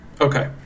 Okay